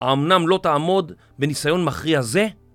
האמנם לא תעמוד בניסיון מכריע זה?